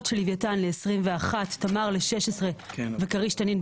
של לוויתן ל-21; של תמר ל-16; וכריש תנין,